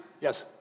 Yes